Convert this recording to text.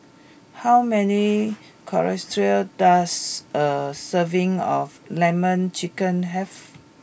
how many does a serving of Lemon Chicken have